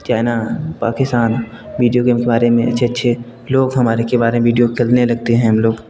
क्या है ना पाकिसान वीडियो गेम के बारे में अच्छे अच्छे हमारे के बारे में वीडियो करने लगते हैं हम लोग